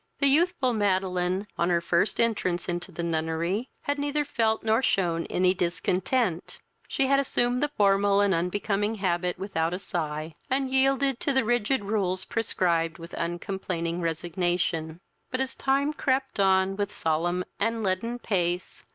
the youthful madeline, on her first entrance into the nunnery, had neither felt nor shewn any discontent she had assumed the formal and unbecoming habit without a sigh, and yielded to the rigid rules prescribed with uncomplaining resignation but, as time crept on with solemn and leaden pace,